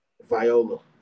Viola